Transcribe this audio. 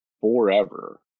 forever